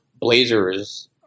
blazers